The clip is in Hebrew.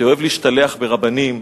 שאוהב להשתלח ברבנים.